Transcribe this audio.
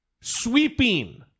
sweeping